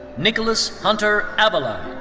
nicholas hunter abelein.